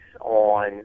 on